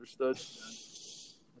Understood